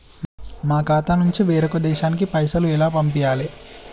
మా ఖాతా నుంచి వేరొక దేశానికి పైసలు ఎలా పంపియ్యాలి?